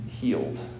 healed